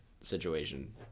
situation